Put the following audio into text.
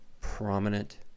Prominent